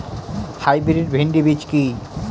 Hybrid ভীন্ডি বীজ কি?